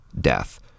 Death